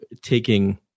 taking